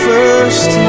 first